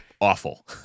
awful